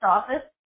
Office